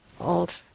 old